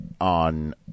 on